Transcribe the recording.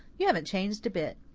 you haven't changed a bit.